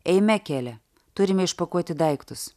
eime kele turime išpakuoti daiktus